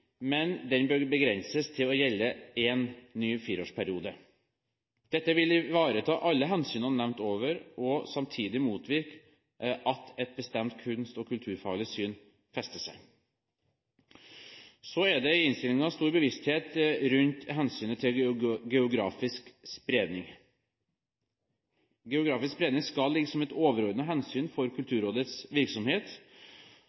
men den bør begrenses til å gjelde én ny fireårsperiode. Dette vil ivareta alle hensynene nevnt over og samtidig motvirke at et bestemt kunst- og kulturfaglig syn fester seg. Så er det i innstillingen stor bevissthet rundt hensynet til geografisk spredning. Geografisk spredning skal ligge som et overordnet hensyn for